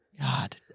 God